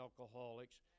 alcoholics